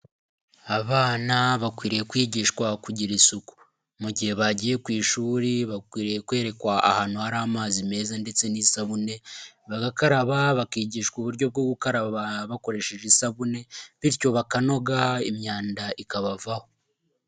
Abana bakwiriye kwigishwa kugira isuku. Mu gihe bagiye ku ishuri bakwiriye kwerekwa ahantu hari amazi meza ndetse n'isabune, bagakaraba, bakigishwa uburyo bwo gukaraba bakoresheje isabune, bityo bakanoga imyanda ikabavaho.